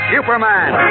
Superman